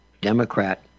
democrat